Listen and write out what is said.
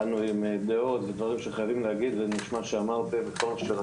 כשגילו לי